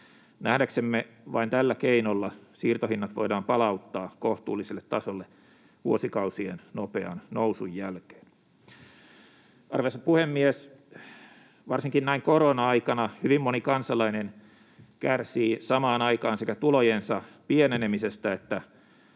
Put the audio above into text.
Nähdäksemme vain tällä keinolla siirtohinnat voidaan palauttaa kohtuulliselle tasolle vuosikausien nopean nousun jälkeen. Arvoisa puhemies! Varsinkin näin korona-aikana hyvin moni kansalainen kärsii samaan aikaan sekä tulojensa pienenemisestä että